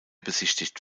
besichtigt